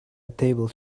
table